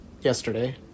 yesterday